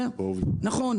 נכון,